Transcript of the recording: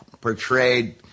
portrayed